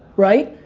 right.